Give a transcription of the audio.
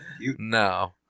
No